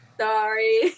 Sorry